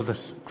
תודה רבה,